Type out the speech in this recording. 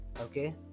okay